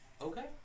Okay